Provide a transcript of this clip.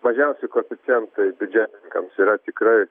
mažiausi koeficientai biudžetininkams yra tikrai